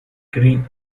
green